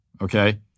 Okay